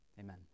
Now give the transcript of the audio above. Amen